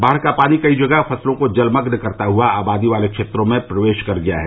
बाढ़ का पानी कई जगह फसलों को जलमग्न करता हुआ आबादी वाले क्षेत्रों में प्रवेश कर गया है